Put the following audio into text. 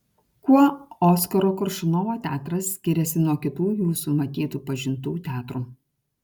kuo oskaro koršunovo teatras skiriasi nuo kitų jūsų matytų pažintų teatrų